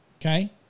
okay